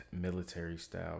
military-style